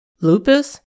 Lupus